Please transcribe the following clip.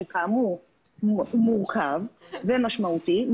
שכאמור מורכב ומשמעותי,